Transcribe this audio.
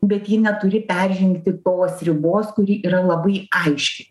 bet ji neturi peržengti tos ribos kuri yra labai aiški